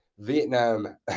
Vietnam